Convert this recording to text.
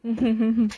mm